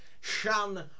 Shan